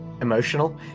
emotional